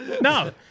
No